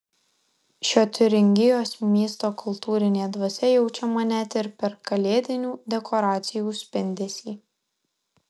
šio tiuringijos miesto kultūrinė dvasia jaučiama net ir per kalėdinių dekoracijų spindesį